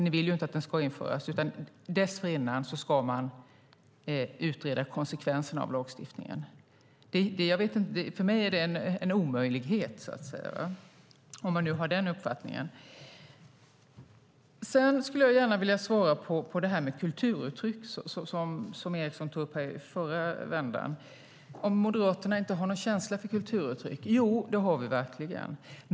Ni vill ju inte att den ska införas, utan dessförinnan ska man utreda konsekvenserna av lagstiftningen. För mig är det en omöjlighet. Sedan skulle jag gärna vilja svara på detta om Moderaterna inte har någon känsla för kulturuttryck, som Eriksson tog upp i förra repliken. Jo, det har vi verkligen.